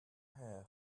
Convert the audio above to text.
hair